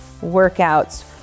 workouts